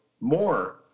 more